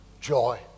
joy